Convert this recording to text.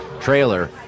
trailer